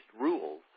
rules